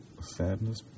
sadness